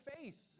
face